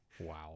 Wow